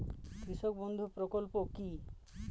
কৃষক বন্ধু প্রকল্প কি?